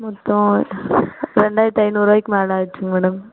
மொத்தம் ரெண்டாயிரத்தி ஐநூறுரூவாக்கி மேலே ஆகிடுச்சிங்க மேடம்